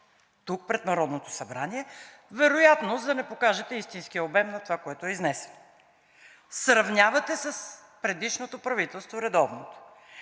тук пред Народното събрание вероятно за да не покажете истинския обем на това, което е изнесено. Сравнявате с предишното правителство – редовното,